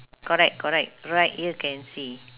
correct correct right here can see